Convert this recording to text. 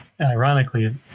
ironically